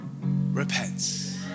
repents